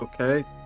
Okay